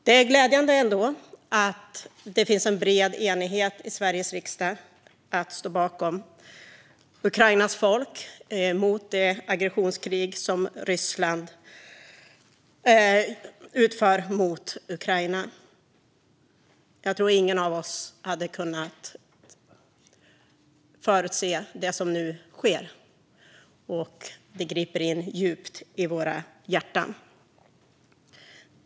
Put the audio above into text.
Det är ändå glädjande att det finns en bred enighet i Sveriges riksdag för att stå bakom Ukrainas folk mot det aggressionskrig som Ryssland bedriver mot Ukraina. Jag tror inte att någon av oss hade kunnat förutse det som nu sker, och det går djupt in i våra hjärtan.